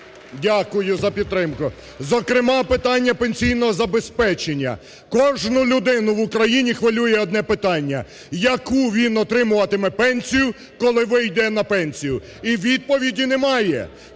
Дякую за підтримку. Зокрема питання пенсійного забезпечення. Кожну людину в Україні хвилює одне питання: яку він отримуватиме пенсію, коли вийде на пенсію. І відповіді немає.